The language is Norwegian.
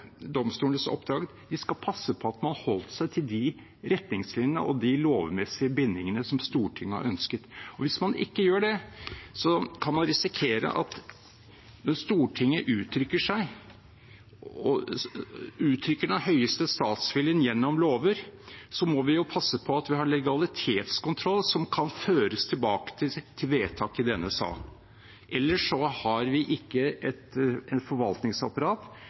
domstolenes oppgave: De skal passe på at man holder seg til de retningslinjene og de lovmessige bindingene som Stortinget har ønsket. Hvis man ikke gjør det, kan man risikere at når Stortinget uttrykker den høyeste statsviljen gjennom lover, må vi passe på at vi har legalitetskontroll som kan føres tilbake til vedtak i denne sal. Ellers har vi ikke et forvaltningsapparat